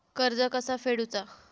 कर्ज कसा फेडुचा?